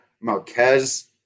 Marquez